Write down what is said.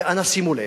ואנא שימו לב,